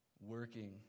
working